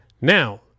Now